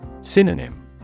Synonym